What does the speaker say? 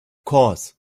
course